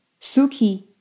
Suki